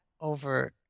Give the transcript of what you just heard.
over